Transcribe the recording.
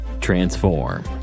Transform